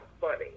funny